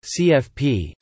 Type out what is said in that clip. CFP